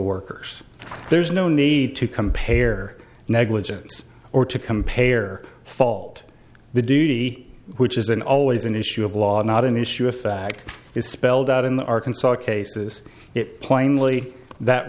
workers there's no need to compare negligence or to compare fault the d d which isn't always an issue of law not an issue of fact it's spelled out in the arkansas cases it plainly that